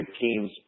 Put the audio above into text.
teams